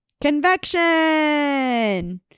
Convection